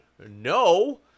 No